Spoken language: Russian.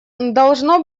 должно